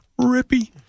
Rippy